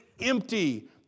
empty